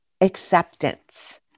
acceptance